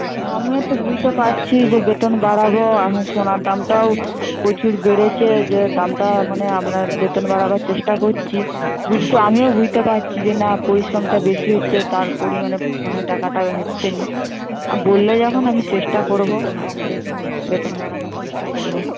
ও আমিও তো বুইতে পারছি যে বেতন বাড়াব এখন সোনার দামটাও প্রচুর বেড়েছে যে দামটা মানে আমরা বেতন বাড়াবার চেষ্টা করছি বুঝতে আমিও বুঝতে পাচ্ছি যে না পরিশ্রমটা বেশি হচ্ছে তার পরিমাণে মানে টাকাটা হচ্ছে নি বললে যখন আমি চেষ্টা করব দেখি না বেতন বাড়বার চেষ্টা করব